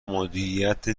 مدیریت